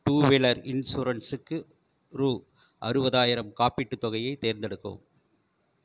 two wheeler இன்சூரன்ஸுக்கு ரூ அறுபதாயிரம் காப்பீட்டுத் தொகையை தேர்ந்தெடுக்கவும்